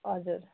हजुर